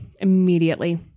immediately